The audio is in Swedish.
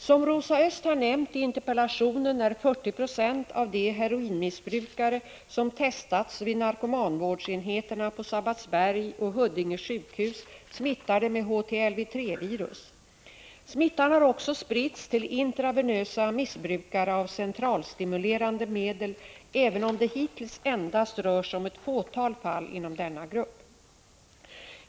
Som Rosa Östh har nämnt i interpellationen är 40 Zo av de heroinmissbrukare som testats vid narkomanvårdsenheterna på Sabbatsbergs och Huddinge sjukhus smittade med HTLV 3-virus. Smittan har också spritts till personer som intravenöst missbrukar centralstimulerande medel, även om det hittills endast rör sig om ett fåtal fall inom denna grupp.